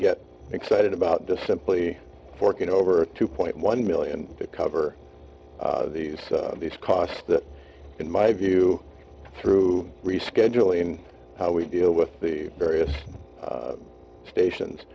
get excited about this simply forking over two point one million to cover these these costs that in my view through rescheduling how we deal with the various stations